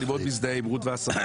אני מאוד מזדהה עם רות וסרמן,